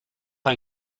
ein